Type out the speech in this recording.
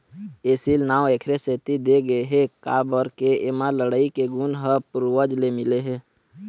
एसील नांव एखरे सेती दे गे हे काबर के एमा लड़ई के गुन ह पूरवज ले मिले हे